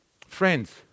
Friends